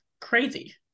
crazy